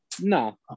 No